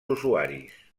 usuaris